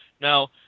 Now